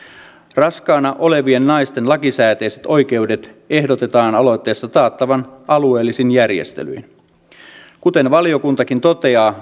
raskaana olevien naisten lakisääteiset oikeudet ehdotetaan aloitteessa taattavan alueellisin järjestelyin kuten valiokuntakin toteaa